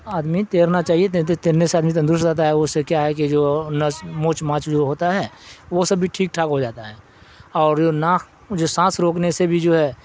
آدمی تیرنا چاہیے تیر تیرنے سے آدمی تندرست رہتا ہے اس سے کیا ہے کہ جو نس موچ ماچ جو ہوتا ہے وہ سب بھی ٹھیک ٹھاک ہو جاتا ہے اور جو ناک جو سانس روکنے سے بھی جو ہے